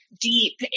deep